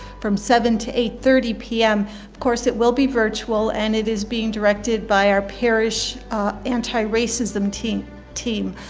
from seven to eight thirty pm. of course it will be virtual and it is being directed by our parish anti-racism team team.